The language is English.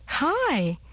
Hi